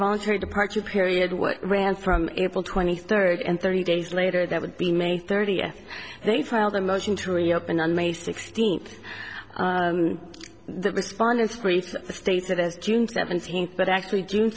voluntary departure period what ran from able to twenty third and thirty days later that would be may thirtieth they filed a motion to reopen on may sixteenth the respondents briefs stated as june seventeenth but actually june